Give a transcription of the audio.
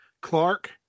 Clark